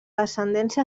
descendència